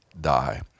die